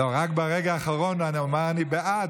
לא, רק ברגע האחרון הוא אמר שהוא בעד.